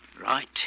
Right